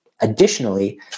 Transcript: Additionally